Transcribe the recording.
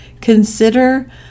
consider